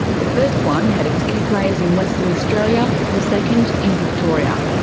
the first one had its key players in western australia, the second in victoria.